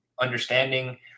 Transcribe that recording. understanding